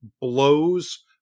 blows